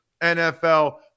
NFL